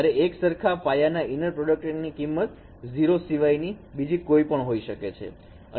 જ્યારે એક સરખા પાયાના ઇનર પ્રોડક્ટ ની કિંમત 0 શીવાયની બીજી કોઈપણ હોઇ શકે છે